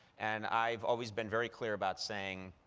and i've always been very clear about saying,